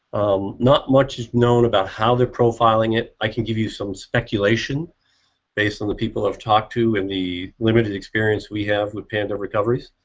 not much is known about how they're profiling it. i can give you some speculation based on the people i've talked to and the limited experience we had with panda recoveries.